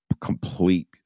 complete